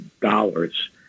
dollars